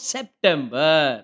September